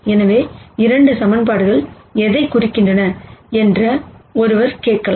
எனவே 2 ஈக்குவேஷன்கள் எதைக் குறிக்கின்றன என்று ஒருவர் கேட்கலாம்